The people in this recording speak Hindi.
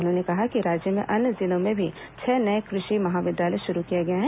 उन्होंने कहा कि राज्य के अन्य जिलों में भी छह नए कृषि महाविद्यालय शुरू किए गए हैं